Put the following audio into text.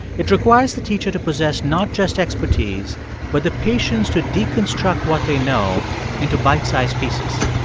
it requires the teacher to possess not just expertise but the patience to deconstruct what they know into bitesize pieces,